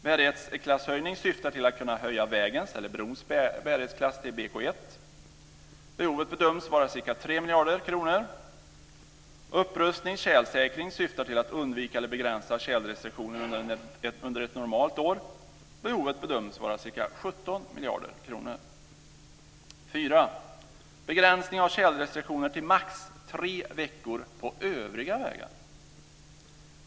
Bärighetsklasshöjning syftar till att kunna höja vägens eller brons bärighetsklass till BK1. Behovet bedöms vara ca 3 miljarder kronor. Och upprustning och tjälsäkring syftar till att undvika eller begränsa tjälrestriktioner under ett normalt år. Behovet bedöms vara ca 17 miljarder kronor. För det fjärde begränsning av tjälrestriktioner till maximalt tre veckor på övriga vägar.